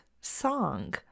Song